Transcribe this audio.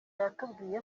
yatubwiye